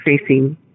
facing